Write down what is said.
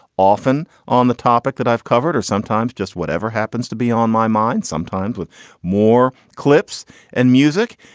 often on the topic that i've covered or sometimes just whatever happens to be on my mind, sometimes with more clips and music.